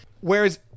whereas